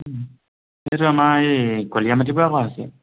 এইটো আমাৰ এই গলীয়া মাটিৰ পৰা কৰা হৈছে